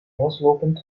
loslopend